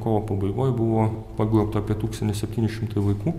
kovo pabaigoj buvo pagrobta apie tūkstantis septyni šimtai vaikų